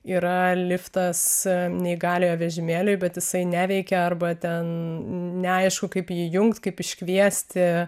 yra liftas neįgaliojo vežimėliui bet jisai neveikia arba ten neaišku kaip jį įjungt kaip iškviesti